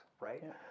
right